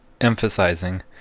emphasizing